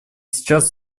сейчас